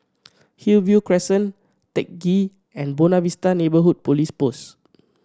Hillview Crescent Teck Ghee and Buona Vista Neighbourhood Police Post